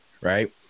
right